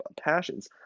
passions